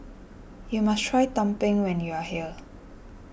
you must try Tumpeng when you are here